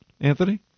Anthony